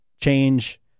change